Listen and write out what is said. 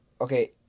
Okay